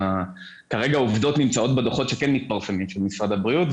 כרגע העובדות נמצאות בדוחות שכן מתפרסמים של משרד הבריאות,